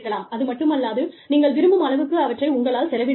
அதுமட்டுமல்லாது நீங்கள் விரும்பும் அளவுக்கு அவற்றை உங்களால் செலவிட முடியும்